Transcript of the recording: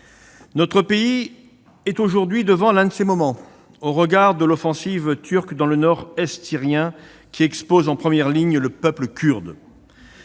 Notre pays est aujourd'hui devant l'un de ces moments, au regard de l'offensive turque dans le nord-est syrien, qui expose en première ligne le peuple kurde.